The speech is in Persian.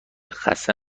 خسته